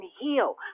heal